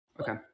Okay